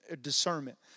discernment